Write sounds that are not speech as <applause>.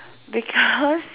because <laughs>